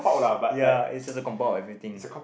ya it's just to compile everything